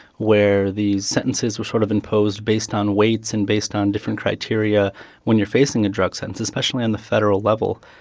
where these sentences were sort of imposed based on weights and based on different criteria when you're facing a drug sentence, especially on the federal level.